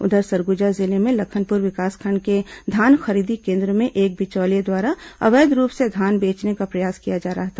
उधर सरगुजा जिले में लखनपुर विकासखंड के धान खरीदी केन्द्र में एक बिचौलिये द्वारा अवैध रूप से धान बेचने का प्रयास किया जा रहा था